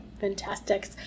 Fantastic